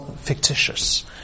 fictitious